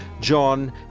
john